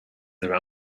their